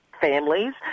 families